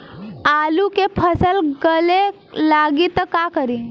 आलू के फ़सल गले लागी त का करी?